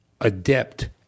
adept